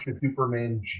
Superman